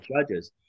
judges